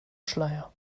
schleier